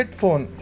phone